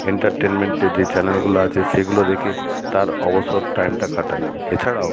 এন্টারটেনমেন্টের যে চ্যানেলগুলো আছে সেগুলো দেখে তার অবসর টাইমটা কাটায় এছাড়াও